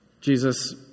Jesus